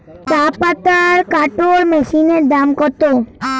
চাপাতা কাটর মেশিনের দাম কত?